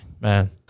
Man